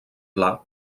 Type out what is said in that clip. pla